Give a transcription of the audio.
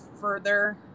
further